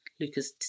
Luca's